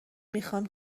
میخوام